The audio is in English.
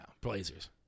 Blazers